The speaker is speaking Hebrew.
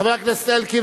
חבר הכנסת אלקין,